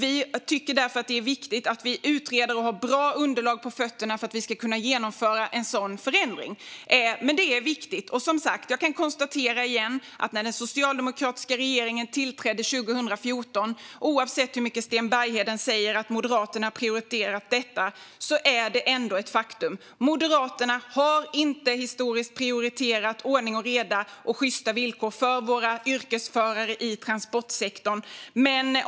Vi tycker därför att det är viktigt att vi utreder och har bra underlag för att vi ska kunna genomföra en sådan förändring. Det är viktigt, och som sagt kan jag konstatera att när den socialdemokratiska regeringen tillträdde 2014 gjorde vi mycket. Oavsett hur mycket Sten Bergheden säger att Moderaterna har prioriterat detta är det ändå ett faktum att Moderaterna inte historiskt har prioriterat ordning och reda och sjysta villkor för våra yrkesförare i transportsektorn.